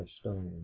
stone